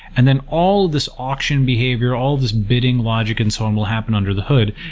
and then, all these auction behavior, all these biding logic and so on will happen under the hood.